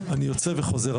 אני יוצא וחוזר,